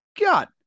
God